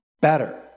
better